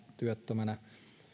työttömänä